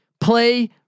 Play